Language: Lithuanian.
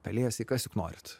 pelėsiai kas tik norit